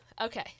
Okay